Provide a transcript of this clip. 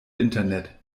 internet